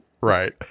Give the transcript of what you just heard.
Right